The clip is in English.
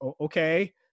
Okay